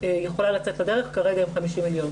יכולה לצאת לדרך כרגע עם 50 מיליון.